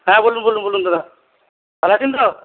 হ্যাঁ বলুন বলুন বলুন দাদা ভালো আছেন তো